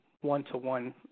one-to-one